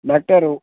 doctor